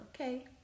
okay